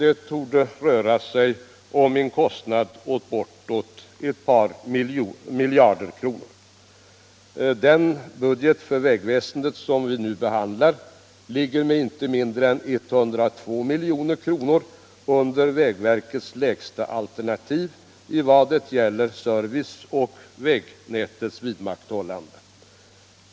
Det torde röra sig om en kostnad bortåt 2 miljarder kronor. Den budget för vägväsendet som vi nu behandlar ligger med inte mindre än 102 milj.kr. under vägverkets lägsta alternativ vad gäller service och vägnätets vidmakthållande.